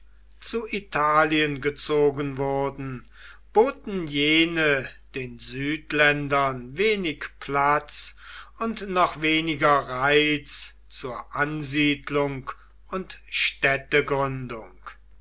zu italien gezogen wurden boten jene den südländern wenig platz und noch weniger reiz zur ansiedelung und städtegründung